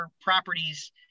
properties